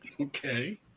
okay